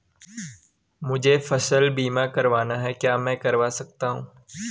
मुझे फसल बीमा करवाना है क्या मैं कर सकता हूँ?